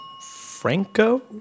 Franco